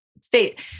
state